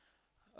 a